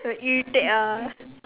irritate ah